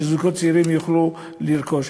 שזוגות צעירים יוכלו לרכוש.